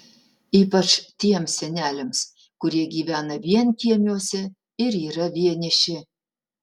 ypač tiems seneliams kurie gyvena vienkiemiuose ir yra vieniši